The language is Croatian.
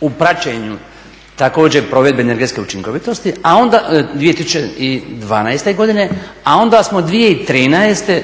u praćenju također provedbe energetske učinkovitosti 2012. godine, a onda smo 2013.